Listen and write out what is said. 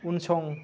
उनसं